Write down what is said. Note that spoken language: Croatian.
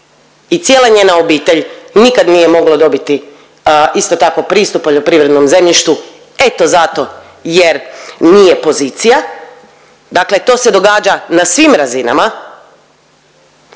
i cijela njena obitelj nikad nije mogla dobiti isto tako pristup poljoprivrednom zemljištu eto zato jer nije pozicija. Dakle, to se događa na svim razinama.